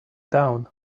down